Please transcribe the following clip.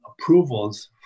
approvals